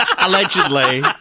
Allegedly